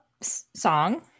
song